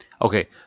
okay